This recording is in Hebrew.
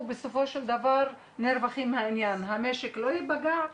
בסופו של דבר מורווחים מהעניין המשק לא ייפגע,